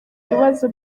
ibibazo